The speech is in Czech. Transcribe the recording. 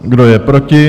Kdo je proti?